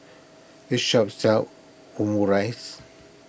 this shop sells Omurice